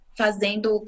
fazendo